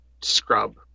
scrub